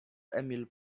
emil